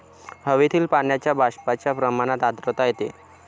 हवेतील पाण्याच्या बाष्पाच्या प्रमाणात आर्द्रता येते